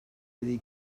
iddi